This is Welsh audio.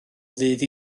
ddydd